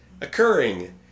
occurring